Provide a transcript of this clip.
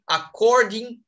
according